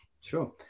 Sure